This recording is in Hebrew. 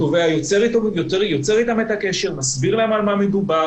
התובע יוצר אתם קשר ומסביר להם על מה מדובר.